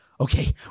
okay